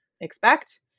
expect